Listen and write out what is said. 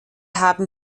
haben